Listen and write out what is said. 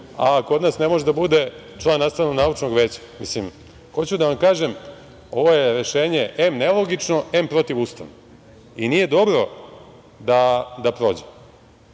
a kod nas ne može da bude član nastavno-naučnog veća. Hoću da vam kažem, ovo je rešenje em nelogično, em protivustavno i nije dobro da prođe.